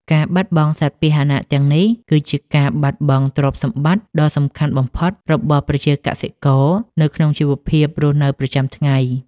ការបាត់បង់សត្វពាហនៈទាំងនេះ គឺជាការបាត់បង់ទ្រព្យសម្បត្តិដ៏សំខាន់បំផុតរបស់ប្រជាកសិករនៅក្នុងជីវភាពរស់នៅប្រចាំថ្ងៃ។